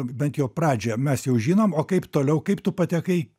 bent jau pradžioje mes jau žinom o kaip toliau kaip tu patekai